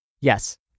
Yes